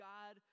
God